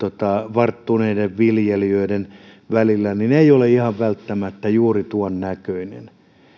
varttuneiden viljelijöiden välillä ei ole ihan välttämättä juuri tuon näköinen